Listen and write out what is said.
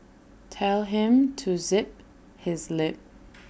tell him to zip his lip